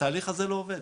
התהלך הזה לא עובד.